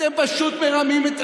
אתם פשוט מרמים.